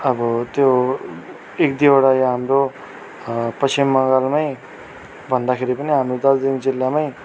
अब त्यो एक दुईवटा यहाँ हाम्रो पश्चिम बङ्गालमै भन्दाखेरि पनि हाम्रो दार्जिलिङ जिल्लामै